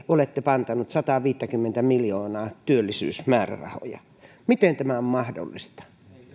te olette pantannut sataviisikymmentä miljoonaa työllisyysmäärärahoja miten tämä on mahdollista